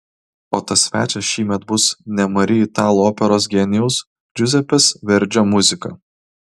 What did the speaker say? o tas svečias šįmet bus nemari italų operos genijaus džiuzepės verdžio muzika